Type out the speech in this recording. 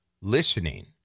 listening